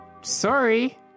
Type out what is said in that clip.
Sorry